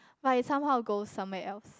but it somehow goes somewhere else